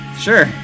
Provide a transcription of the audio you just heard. Sure